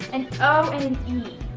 an o and an e.